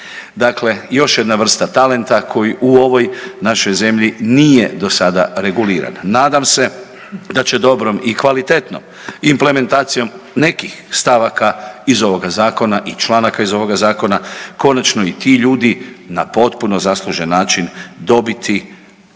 Dakle, još jedna vrsta talenta koji u ovoj našoj zemlji nije do sada reguliran. Nadam se da će dobrom i kvalitetnom implementacijom nekih stavaka iz ovoga zakona i članaka iz ovog zakona konačno i ti ljudi na potpuno zaslužen način dobiti,